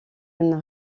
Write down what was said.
une